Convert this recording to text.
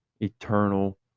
Eternal